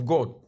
God